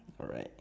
alright